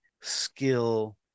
skill